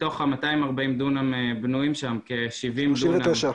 מתוך ה-240 דונם בנויים שם כ-70 דונם,